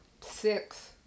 six